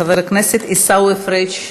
חבר הכנסת עיסאווי פריג'